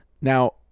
now